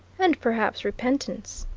and perhaps repentance.